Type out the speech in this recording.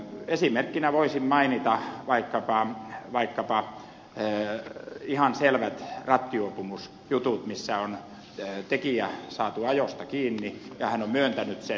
esimerkkinä voisin mainita vaikkapa ihan selvät rattijuopumusjutut missä on tekijä saatu ajosta kiinni ja hän on myöntänyt sen